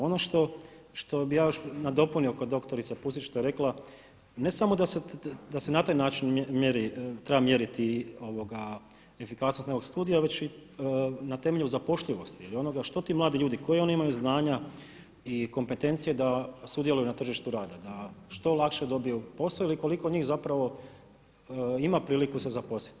Ono što bi ja još nadopunio kod doktorice Pusić što je rekla, ne samo da se na taj način mjeri, treba mjeriti efikasnost nekog studija, već i na temelju zapošljivosti ili onoga što ti mladi ljudi, koja oni imaju znanja i kompetencije da sudjeluju na tržištu rada da što lakše dobiju posao ili koliko njih zapravo ima priliku se zaposliti?